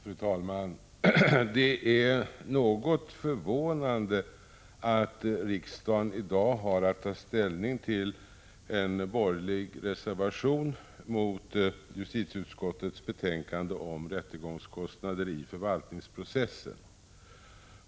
Fru talman! Det är något förvånande att riksdagen i dag har att ta ställning till en borgerlig reservation mot justitieutskottets betänkande om rättegångskostnader i förvaltningsprocessen.